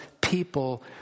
people